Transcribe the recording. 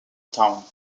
town